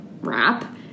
Wrap